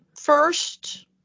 first